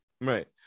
Right